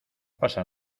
pasa